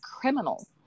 criminal